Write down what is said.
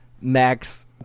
Max